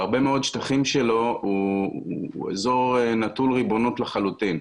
בהרבה מאוד שטחים שלו הוא אזור נטול ריבונות לחלוטין.